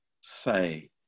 say